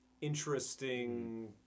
interesting